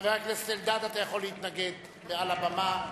חבר הכנסת אלדד, אתה יכול להתנגד מעל הבמה.